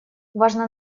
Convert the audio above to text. важно